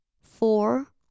four